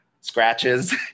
scratches